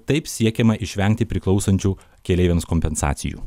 taip siekiama išvengti priklausančių keleiviams kompensacijų